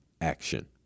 action